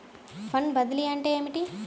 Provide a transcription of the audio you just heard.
Fund బదిలీ అంటే ఏమిటి?